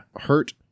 hurt